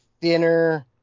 thinner